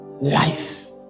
Life